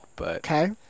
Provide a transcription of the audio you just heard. Okay